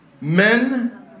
Men